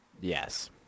yes